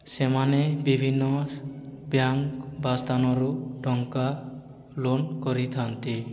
ସେମାନେ ବିଭିନ୍ନ ବ୍ୟାଙ୍କ ବା ସ୍ଥାନରୁ ଟଙ୍କା ଲୋନ୍ କରିଥାନ୍ତି